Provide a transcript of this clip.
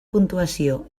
puntuació